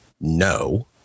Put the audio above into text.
no